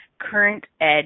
current-edge